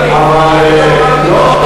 לא,